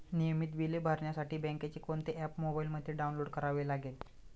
नियमित बिले भरण्यासाठी बँकेचे कोणते ऍप मोबाइलमध्ये डाऊनलोड करावे लागेल?